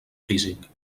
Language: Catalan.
físic